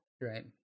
Right